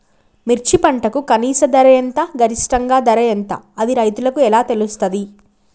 మిర్చి పంటకు కనీస ధర ఎంత గరిష్టంగా ధర ఎంత అది రైతులకు ఎలా తెలుస్తది?